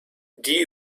die